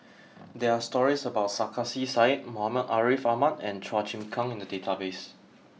there are stories about Sarkasi Said Muhammad Ariff Ahmad and Chua Chim Kang in the database